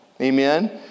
Amen